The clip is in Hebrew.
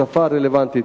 בשפה הרלוונטית.